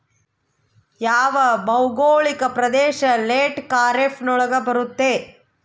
ಯಾವ ಭೌಗೋಳಿಕ ಪ್ರದೇಶ ಲೇಟ್ ಖಾರೇಫ್ ನೊಳಗ ಬರುತ್ತೆ?